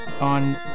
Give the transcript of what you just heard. On